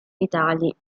vitali